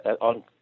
on